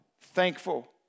thankful